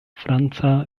franca